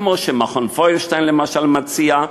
כמו שמכון פוירשטיין למשל מציע,